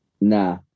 Nah